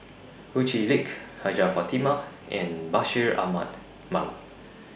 Ho Chee Lick Hajjah Fatimah and Bashir Ahmad Mallal